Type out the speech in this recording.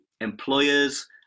employers